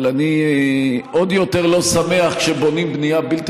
אבל אני עוד יותר לא שמח כשבונים בנייה בלתי